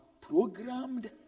programmed